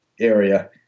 area